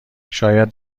شاید